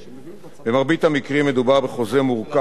במרבית המקרים מדובר בחוזה מורכב וארוך,